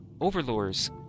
overlords